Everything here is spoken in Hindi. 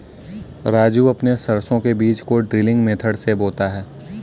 राजू अपने सरसों के बीज को ड्रिलिंग मेथड से बोता है